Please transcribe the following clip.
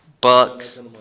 Bucks